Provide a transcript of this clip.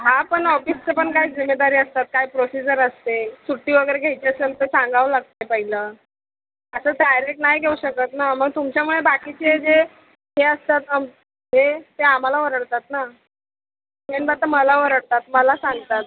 हां पण ऑफिसची पण काय जिम्मेदारी असतात काय प्रोसिजर असते सुट्टी वगैरे घ्यायची असेल तर सांगावं लागते पहिलं असंच डायरेक्ट नाही घेऊ शकत ना मग तुमच्यामुळे बाकीचे जे हे असतात हे ते आम्हाला ओरडतात ना यंदा तर मला ओरडतात मला सांगतात